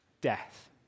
death